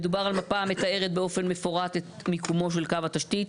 מדובר על מפה המתארת באופן מפורט את מיקומו של קו התשתית,